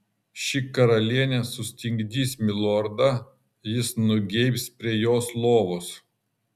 ši karalienė sustingdys milordą jis nugeibs prie jos lovos